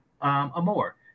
Amore